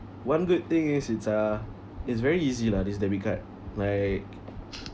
one good thing is it's uh it's very easy lah this debit card like